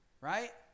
Right